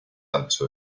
ancho